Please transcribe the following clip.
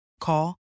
Call